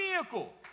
vehicle